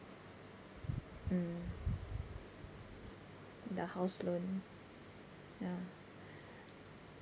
mm the house loan ya